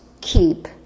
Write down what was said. keep